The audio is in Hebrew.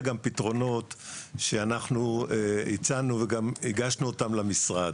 פתרונות שאנחנו הצענו והגשנו למשרד.